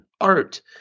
art